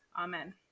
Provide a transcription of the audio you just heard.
amen